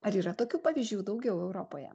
ar yra tokių pavyzdžių daugiau europoje